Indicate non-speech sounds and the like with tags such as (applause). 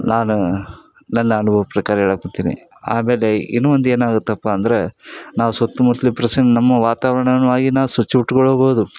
ನಾನು ನನ್ನ ಅನುಭವದ ಪ್ರಕಾರ ಹೇಳಕ್ಕತ್ತೀನಿ ಆಮೇಲೆ ಇನ್ನೂ ಒಂದು ಏನಾಗುತ್ತಪ್ಪ ಅಂದರೆ ನಾವು ಸುತ್ತಮುತ್ಲು (unintelligible) ನಮ್ಮ ವಾತಾವರ್ಣವೂ ಆಗಿ ನಾವು ಸ್ವಚ್ಛ ಇಟ್ಟುಕೊಳ್ಬೋದು